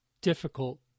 difficult